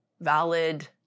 valid